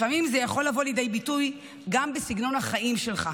לפעמים זה יכול לבוא לידי ביטוי גם בסגנון החיים שלך.